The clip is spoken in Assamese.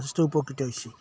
যথেষ্ট উপকৃত হৈ হৈছে